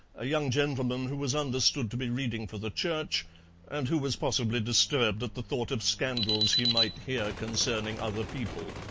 a young gentleman who was understood to be reading for the church and who was possibly disturbed at the thought of scandals he might hear concerning other people.